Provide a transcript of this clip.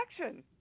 action